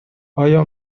آیا